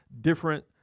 different